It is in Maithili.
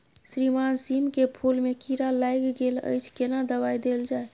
श्रीमान सीम के फूल में कीरा लाईग गेल अछि केना दवाई देल जाय?